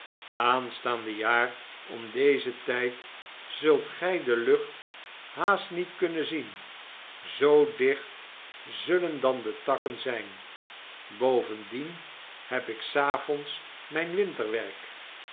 aanstaande jaar om dezen tijd zult gij de lucht haast niet kunnen zien zoo dicht zullen dan de takken zijn bovendien heb ik s'avonds mijn winter werk